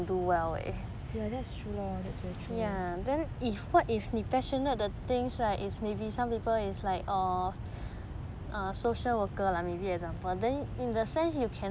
ya that's true lor that's very true